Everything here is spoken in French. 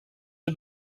est